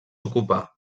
ocupa